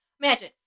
Imagine